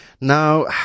Now